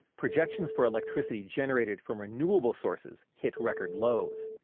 projections for electricity generated from renewable sources hit record lows.